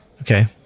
Okay